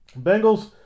Bengals